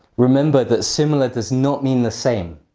remember that similar does not mean the same!